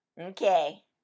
okay